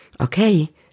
Okay